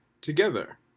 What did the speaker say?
together